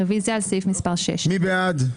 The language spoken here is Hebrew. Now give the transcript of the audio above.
רוויזיה על סעיף מספר 6. מי בעד?